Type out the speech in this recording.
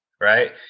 Right